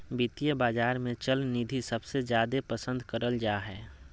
वित्तीय बाजार मे चल निधि सबसे जादे पसन्द करल जा हय